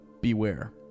beware